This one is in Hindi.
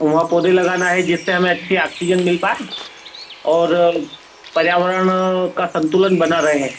वहाँ पौधे लगाना है जिससे हमें अच्छी आक्सीजन मिल पाए और पर्यावरण का संतुलन बना रहे